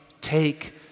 take